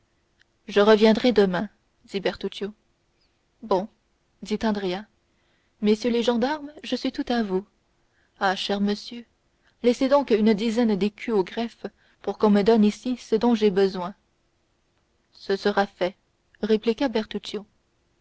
je reviendrai demain dit bertuccio bon fit andrea messieurs les gendarmes je suis tout à vous ah cher monsieur laissez donc une dizaine d'écus au greffe pour qu'on me donne ici ce dont j'ai besoin ce sera fait répliqua